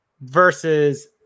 versus